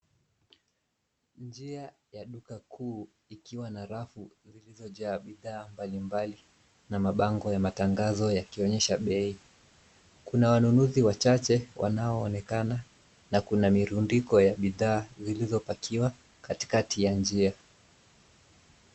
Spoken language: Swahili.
Njia ya duka kuu ikiwa na rafu zilizojaa bidhaa mbali mbali, na mabango ya matangazo yakionyesha bei. Kuna wanunuzi wachache wanaoonekana, na kuna mirundiko ya bidhaa zilizopakiwa katikati ya njia.